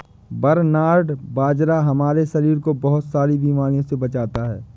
barnyard बाजरा हमारे शरीर को बहुत सारी बीमारियों से बचाता है